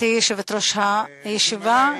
להלן תרגומם הסימולטני לעברית: גברתי יושבת-ראש הישיבה,